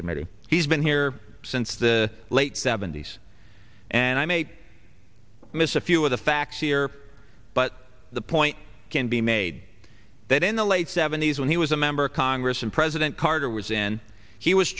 committee he's been here since the late seventy's and i may miss a few of the facts here but the point can be made that in the late seventy's when he was a member of congress and president carter was in he was